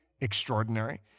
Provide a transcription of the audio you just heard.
extraordinary